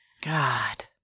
god